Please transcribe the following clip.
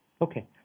Okay